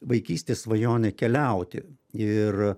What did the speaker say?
vaikystės svajonę keliauti ir